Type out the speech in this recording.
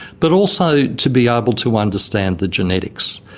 but also to be able to understand the genetics.